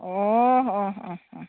অঁ অহ অহ অহ